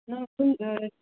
ꯅꯪ ꯁꯨꯝ